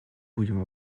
будем